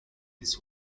his